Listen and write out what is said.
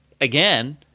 again